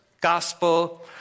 gospel